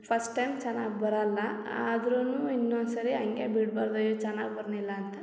first time ಚೆನ್ನಾಗಿ ಬರಲ್ಲ ಆದ್ರೂ ಇನ್ನೊಂದು ಸರಿ ಹಂಗೆ ಬಿಡ್ಬಾರ್ದು ಅಯ್ಯೋ ಚೆನ್ನಾಗಿ ಬರ್ಲಿಲ್ಲ ಅಂತ